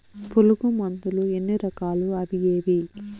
పులుగు మందులు ఎన్ని రకాలు అవి ఏవి?